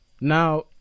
Now